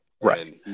Right